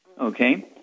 Okay